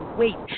wait